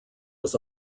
was